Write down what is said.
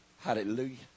Hallelujah